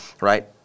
Right